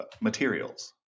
materials